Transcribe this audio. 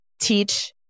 teach